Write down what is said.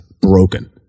broken